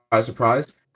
surprise